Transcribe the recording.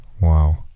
Wow